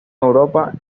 europa